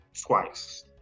twice